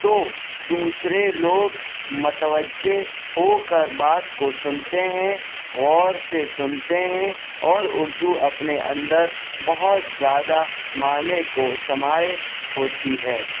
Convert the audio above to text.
تو دوسرے لوگ متوجہ ہو کر بات کو سنتے ہیں غور سے سنتے ہیں اور اردو اپنے اندر بہت زیادہ معنی کو سمائے ہوتی ہے